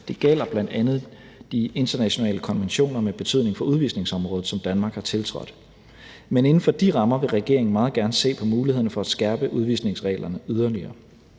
Det gælder bl.a. de internationale konventioner med betydning for udvisningsområdet, som Danmark har tiltrådt. Men inden for de rammer vil regeringen meget gerne se på mulighederne for at skærpe udvisningsreglerne yderligere.